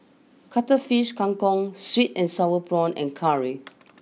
Cuttlefish Kang Kong sweet and Sour Prawns and Curry